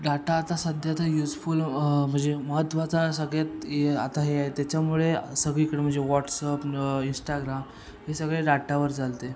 data आता सध्या तर यूजफूल म्हणजे महत्वाचा सगळ्यात ये आता हे आहे त्याच्यामुळे सगळीकडे म्हणजे वॉट्सअप इंस्टाग्राम हे सगळे डाटावर चालते